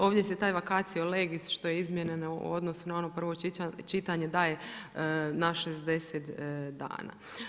Ovdje se taj vacatio legis što je izmijenjeno u odnosu na ono prvo čitanje daje na 60 dana.